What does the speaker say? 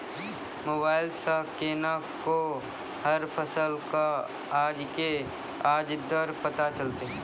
Mobile सऽ केना कऽ हर फसल कऽ आज के आज दर पता चलतै?